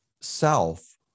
self